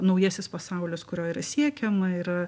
naujasis pasaulis kurio yra siekiama yra